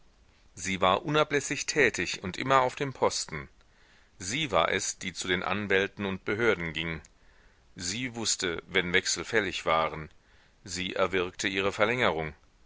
sie war unablässig tätig und immer auf dem posten sie war es die zu den anwälten und behörden ging sie wußte wenn wechsel fällig waren sie erwirkte ihre verlängerung